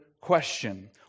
question